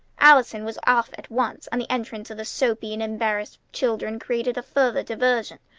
allison was off at once, and the entrance of the soapy and embarrassed children created a further diversion.